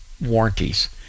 warranties